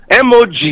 MOG